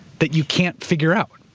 that you can't figure out.